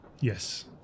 Yes